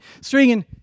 stringing